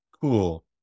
cool